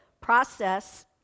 process